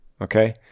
okay